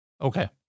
okay